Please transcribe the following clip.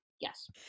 Yes